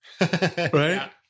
right